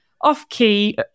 off-key